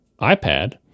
ipad